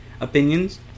opinions